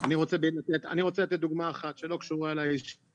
אני רוצה לתת דוגמה אחת שלא קשורה --- וזה